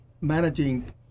managing